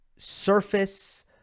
surface